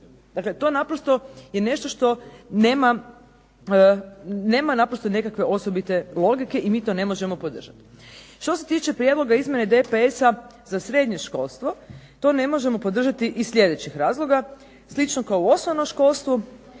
odmah. To naprosto je nešto što nema naprosto nekakve osobite logike i mi to ne možemo podržati. Što se tiče Prijedloga izmjene DPS-a za srednje školstvo, to ne možemo podržati ih sljedećih razloga, kao i u osnovnom školstvu,